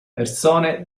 persone